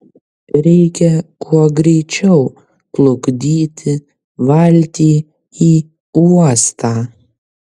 reikia kuo greičiau plukdyti valtį į uostą